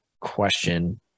question